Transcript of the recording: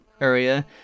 area